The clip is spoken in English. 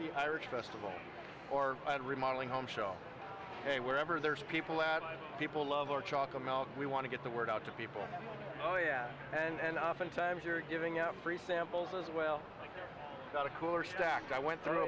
the irish festival or and remodeling homes show hey wherever there's people that people love or chocolate milk we want to get the word out to people oh yeah and oftentimes you're giving out free samples as well not a cooler sack i went through